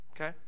Okay